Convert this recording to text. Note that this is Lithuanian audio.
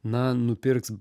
na nupirks